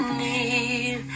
need